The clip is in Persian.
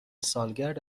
سالگرد